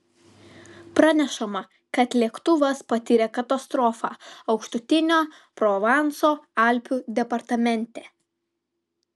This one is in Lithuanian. pranešama kad lėktuvas patyrė katastrofą aukštutinio provanso alpių departamente